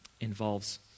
involves